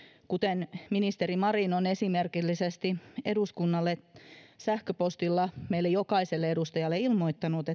kuten ministeri marin on esimerkillisesti eduskunnalle meille jokaiselle edustajalle sähköpostilla ilmoittanut